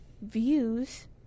Views